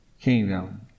kingdom